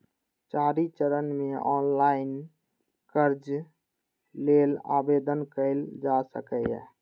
चारि चरण मे ऑनलाइन कर्ज लेल आवेदन कैल जा सकैए